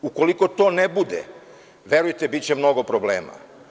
Ukoliko to ne bude, verujte biće mnogo problema.